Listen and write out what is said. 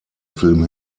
film